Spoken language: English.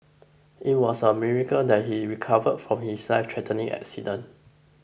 it was a miracle that he recovered from his life threatening accident